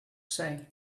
say